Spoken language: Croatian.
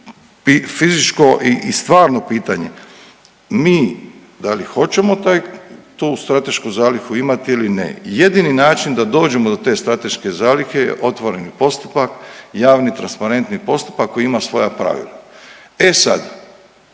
fizičko i stvarno pitanje. Mi da li hoćemo tu stratešku zalihu imati ili ne? Jedini način da dođemo do te strateške zalihe je otvoreni postupak, javni transparentni postupak koji ima svoja pravila. E sada,